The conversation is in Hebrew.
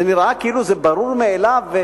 זה נראה כאילו זה ברור מאליו,